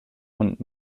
und